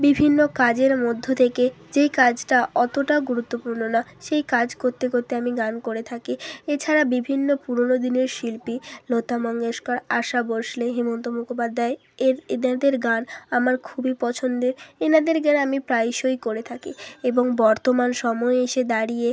বিভিন্ন কাজের মধ্য থেকে যেই কাজটা অতোটা গুরুত্বপূর্ণ না সেই কাজ করতে করতে আমি গান করে থাকি এছাড়া বিভিন্ন পুরোনো দিনের শিল্পী লতা মঙ্গেশকর আশা ভোঁসলে হেমন্ত মুখোপাধ্যায় এর এনাদের গান আমার খুবই পছন্দ এনাদের গেরা আমি প্রায়শই করে থাকি এবং বর্তমান সময়ে এসে দাঁড়িয়ে